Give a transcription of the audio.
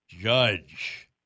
judge